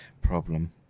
problem